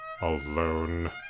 alone